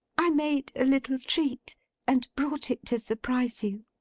i made a little treat and brought it to surprise you